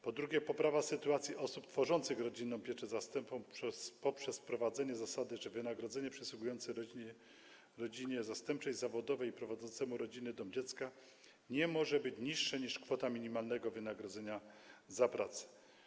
Po drugie, poprawa sytuacji osób tworzących rodzinną pieczę zastępczą poprzez wprowadzenie zasady, że wynagrodzenie przysługujące rodzinie zastępczej zawodowej i prowadzącemu rodzinny dom dziecka nie może być niższe niż kwota minimalnego wynagrodzenia za pracę.